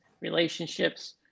relationships